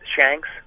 Shanks